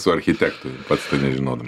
su architektu pats to nežinodam